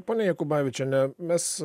ponia jakubavičiene mes